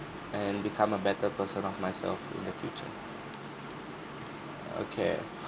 and become a better person of myself in the future okay